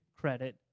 credit